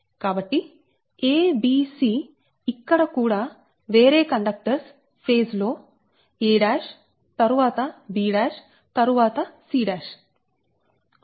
కాబట్టి a b c ఇక్కడ కూడా వేరే కండక్టర్స్ ఫేజ్ లో a తరువాత b తరువాత c